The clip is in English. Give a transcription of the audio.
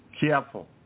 careful